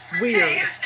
Weird